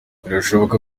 birashoboka